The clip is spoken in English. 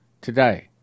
today